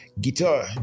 Guitar